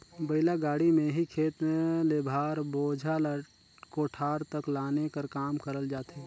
बइला गाड़ी मे ही खेत ले भार, बोझा ल कोठार तक लाने कर काम करल जाथे